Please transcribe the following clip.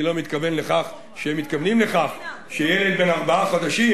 אני לא מאמין שהם מתכוונים לכך שילד בן ארבעה חודשים